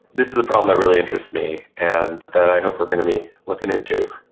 this is a problem that really interests me and that i hope we're going to be looking into.